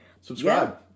subscribe